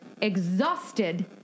exhausted